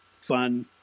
fun